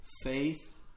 Faith